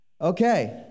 Okay